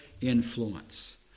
influence